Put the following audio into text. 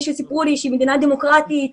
שסיפרו לי שהיא מדינה דמוקרטית וחדשה.